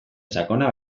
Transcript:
sakona